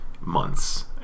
months